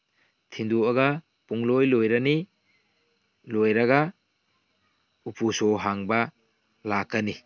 ꯊꯤꯟꯗꯣꯛꯑꯒ ꯄꯨꯡꯂꯣꯏ ꯂꯣꯏꯔꯅꯤ ꯂꯣꯏꯔꯒ ꯎꯄꯨ ꯁꯣ ꯍꯥꯡꯕ ꯂꯥꯛꯀꯅꯤ